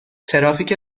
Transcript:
ترافیک